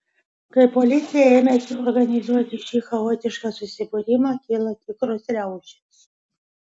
kai policija ėmėsi organizuoti šį chaotišką susibūrimą kilo tikros riaušės